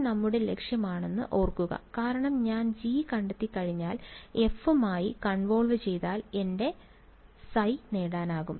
അത് നമ്മുടെ ലക്ഷ്യമാണെന്ന് ഓർക്കുക കാരണം ഞാൻ G കണ്ടെത്തിക്കഴിഞ്ഞാൽ f മായി കൺവോൾവ് ചെയ്താൽ എന്റെ ϕ നേടാനാകും